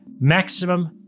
Maximum